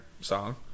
song